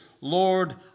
Lord